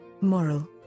Moral